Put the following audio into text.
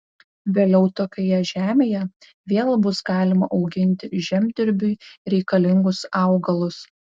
vėliau tokioje žemėje vėl bus galima auginti žemdirbiui reikalingus augalus